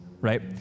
right